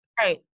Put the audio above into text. Right